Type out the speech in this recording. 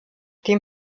dem